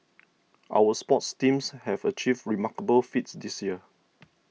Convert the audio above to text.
our sports teams have achieved remarkable feats this year